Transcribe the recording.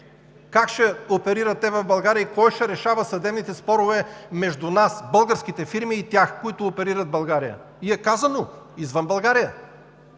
Как ще оперират те в България и кой ще решава съдебните спорове между нас – българските фирми, и тях, които оперират в България и казано е – извън България?